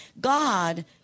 God